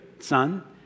son